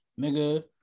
Nigga